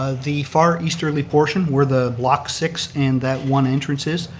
ah the far easterly portion where the block six and that one entrance is,